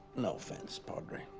no offence padre.